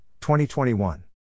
2021